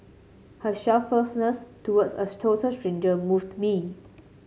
her selflessness towards a total stranger moved me